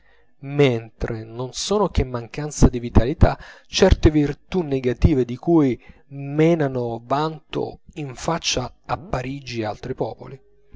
mentre non sono che mancanza di vitalità certe virtù negative di cui menano vanto in faccia a parigi altri popoli